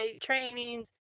trainings